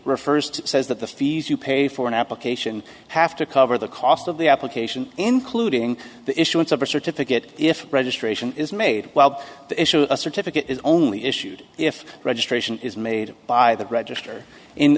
refers to says that the fees you pay for an application have to cover the cost of the application including the issuance of a certificate if registration is made while the issue of a certificate is only issued if registration is made by the register in